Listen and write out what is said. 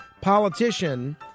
politician